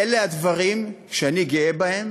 אלה הדברים שאני גאה בהם